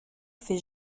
fait